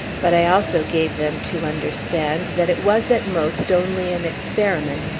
but, i also gave them to understand that it was, at most, only an experiment,